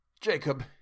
Jacob